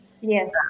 Yes